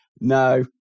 No